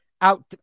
out